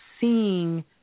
seeing